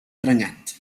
prenyat